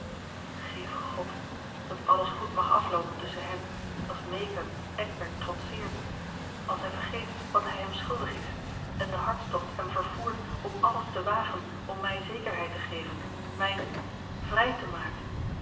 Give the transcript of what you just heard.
geve god dat alles goed mag afloopen tusschen hen als meekern eckbert trotseert als hij vergeet wat hij hem schuldig is en de hartstocht hem vervoert om alles te wagen om mij zekerheid te geven mij vrij te maken